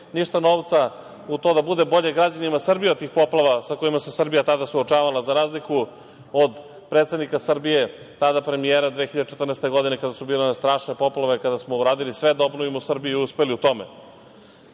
ništa novca u to da bude građanima Srbije od tih poplava sa kojima se Srbija tada suočavala, za razliku od predsednika Srbije, tada premijera 2014. godine, kada su bile one strašne poplave kada smo uradili sve da obnovimo Srbiju i uspeli u tome. Vidi